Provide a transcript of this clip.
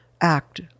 act